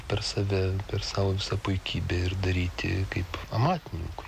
per save per savo visą puikybę ir daryti kaip amatininkui